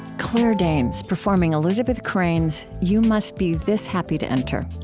claire danes, performing elizabeth crane's you must be this happy to enter.